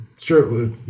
Sure